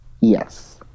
yes